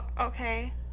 Okay